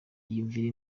iyumvire